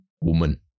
woman